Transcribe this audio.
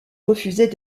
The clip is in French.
refusaient